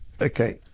okay